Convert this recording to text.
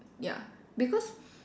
ya because